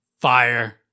Fire